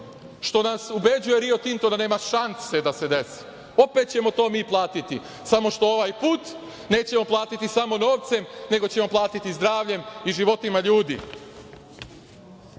što nas ubeđuje Rio Tinto da nema šanse da se desi? Opet ćemo mi to platiti samo što ovaj put nećemo platiti samo novcem, nego ćemo platiti zdravljem i životima